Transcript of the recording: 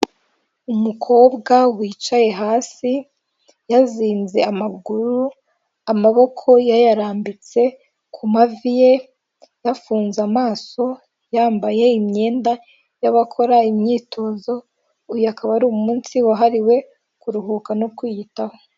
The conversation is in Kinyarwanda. Umukobwa wicaye hasi yazinze amaguru, amaboko yayarambitse ku mavi ye, yafunze amaso yambaye imyenda y'abakora imyitozo, uyu akaba ari umunsi wahariwe kuruhuka no kwiyitaho.